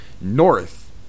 north